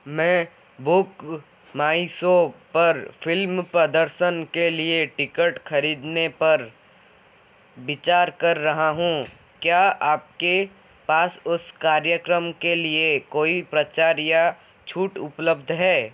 मैं बुक माइ शो पर फिल्म प्रदर्शन के लिए टिकट ख़रीदने पर विचार कर रहा हूँ क्या आपके पास उस कार्यक्रम के लिए कोई प्रचार या छूट उपलब्ध है